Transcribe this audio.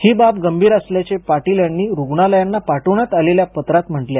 ही बाब गंभीर आहे असे पाटील यांनी रुग्णालयांना पाठविण्यात आलेल्या पत्रात म्हटले आहे